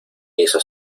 hizo